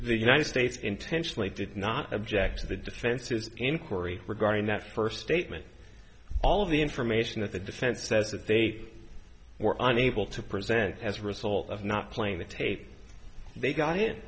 the united states intentionally did not object to the defense's inquiry regarding that first statement all of the information that the defense says that they were unable to present as a result of not playing the tape they got